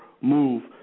move